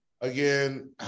again